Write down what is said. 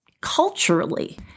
culturally